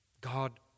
God